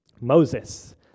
Moses